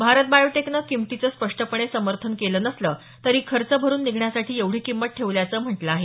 भारत बायोटेकनं किमतीचे स्पष्टपणे समर्थन केलं नसलं तरी खर्च भरून निघण्यासाठी एवढी किंमत ठेवल्याचं म्हटले आहे